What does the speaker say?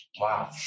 Wow